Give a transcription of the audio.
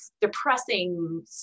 depressing